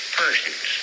persons